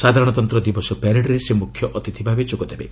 ସାଧାରଣତନ୍ତ୍ର ଦିବସ ପ୍ୟାରେଡ୍ରେ ସେ ମୁଖ୍ୟ ଅତିଥି ଭାବେ ଯୋଗଦେବେ